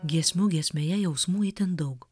giesmių giesmėje jausmų itin daug